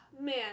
man